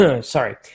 sorry –